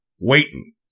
waiting